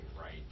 right